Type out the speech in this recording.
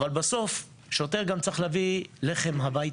אבל בסוף שוטר צריך גם להביא לחם הביתה.